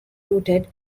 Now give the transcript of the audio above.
routed